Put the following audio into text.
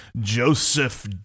Joseph